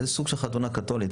זה סוג של חתונה קתולית.